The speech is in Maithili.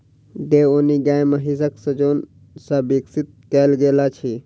देओनी गाय महीसक संजोग सॅ विकसित कयल गेल अछि